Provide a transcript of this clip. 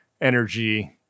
energy